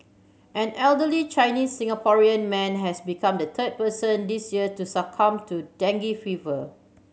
an elderly Chinese Singaporean man has become the third person this year to succumb to dengue fever